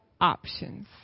options